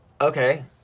Okay